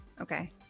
okay